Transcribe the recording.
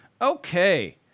Okay